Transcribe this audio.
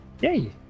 yay